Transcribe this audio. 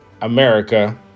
America